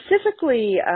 specifically